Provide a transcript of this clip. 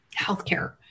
healthcare